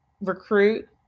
recruit